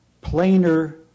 plainer